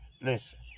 Listen